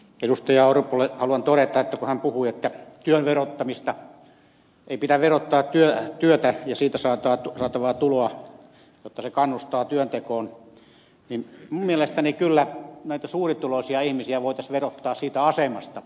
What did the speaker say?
orpolle haluan todeta kun hän puhui että ei pidä verottaa työtä ja siitä saatavaa tuloa jotta se kannustaa työntekoon niin minun mielestäni kyllä näitä suurituloisia ihmisiä voitaisiin verottaa siitä asemasta